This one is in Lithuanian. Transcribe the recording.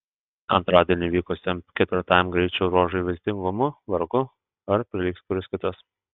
antradienį vykusiam ketvirtajam greičio ruožui vaizdingumu vargu ar prilygs kuris kitas